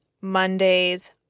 Monday's